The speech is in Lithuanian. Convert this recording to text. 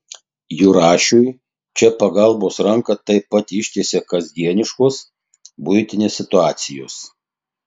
jurašiui čia pagalbos ranką taip pat ištiesia kasdieniškos buitinės situacijos